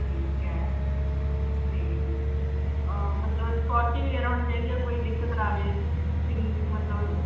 ਠੀਕ ਹੈ ਅਤੇ ਮਤਲਬ ਸਕੋਰਟੀ ਵਗੈਰਾ ਹੋਣੀ ਚਾਹੀਦੀ ਆ ਕੋਈ ਦਿੱਕਤ ਨਾ ਆਵੇ ਸਿੰਗਿੰਗ ਮਤਲਬ